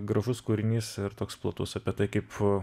gražus kūrinys ir toks platus apie tai kaip